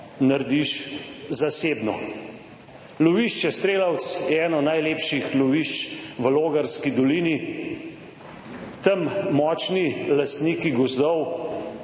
narediš zasebno. Lovišče Strelovec, eno najlepših lovišč v Logarski dolini. Tam močni lastniki gozdov